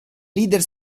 leader